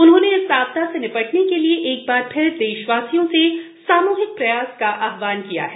उन्होंने इस आपदा से निपटने के लिए एकबार फिर देशवासियों से सामुहिक प्रयास का आहवान किया है